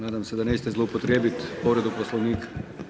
Nadam se da nećete zloupotrijebiti povredu Poslovnika.